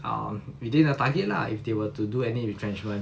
um within the target lah if they were to do any retrenchment